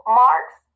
marks